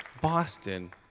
Boston